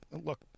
look